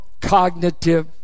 cognitive